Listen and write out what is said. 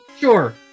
Sure